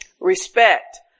Respect